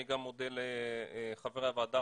אני גם מודה לחברי הוועדה,